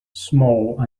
small